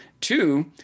Two